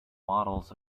waddles